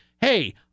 hey